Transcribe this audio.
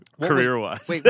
career-wise